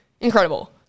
Incredible